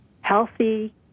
Healthy